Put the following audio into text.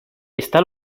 está